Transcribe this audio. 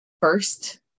first